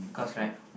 okay